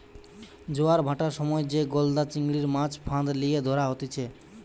জোয়ার ভাঁটার সময় যে গলদা চিংড়ির, মাছ ফাঁদ লিয়ে ধরা হতিছে